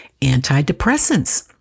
antidepressants